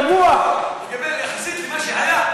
חבר הכנסת בצלאל סמוטריץ.